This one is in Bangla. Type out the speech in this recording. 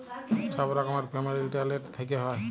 ছব রকমের পেমেল্ট ইলটারলেট থ্যাইকে হ্যয়